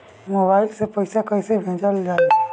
Mobile से पैसा कैसे भेजल जाइ?